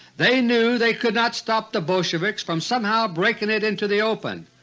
they knew they could not stop the bolsheviks from somehow breaking it into the open,